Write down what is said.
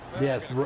Yes